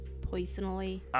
Poisonally